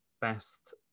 best